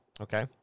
Okay